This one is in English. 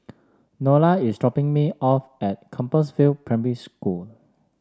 Nola is dropping me off at Compassvale Primary School